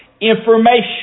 information